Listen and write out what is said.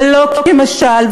ולא כמשל,